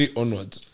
onwards